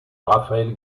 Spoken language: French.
rafael